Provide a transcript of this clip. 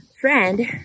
friend